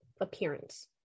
appearance